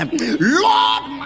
Lord